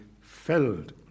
filled